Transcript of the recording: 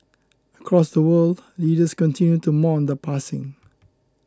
across the world leaders continued to mourn the passing